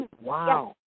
wow